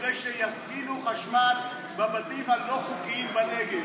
כדי שיתקינו חשמל בבתים הלא-חוקיים בנגב.